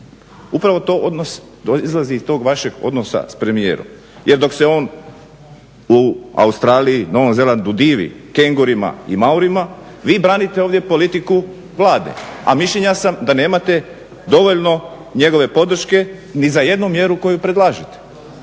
Upravo to odnos izlazi iz tog vašeg odnosa s premijerom jer dok se on u Australiji, Novom Zelandu divi kengorima i maurima vi branite ovdje politiku Vlade a mišljenja sam da nemate dovoljno njegove podrške ni za jednu mjeru koju predlažete.